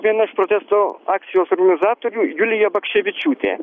viena iš protesto akcijos organizatorių julija bakščevičiutė